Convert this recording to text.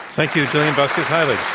thank you, julian vasquez heilig.